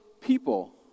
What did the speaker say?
people